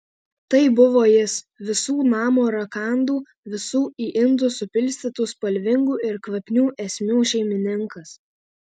tai buvo jis visų namo rakandų visų į indus supilstytų spalvingų ir kvapnių esmių šeimininkas